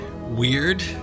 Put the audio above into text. weird